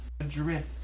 adrift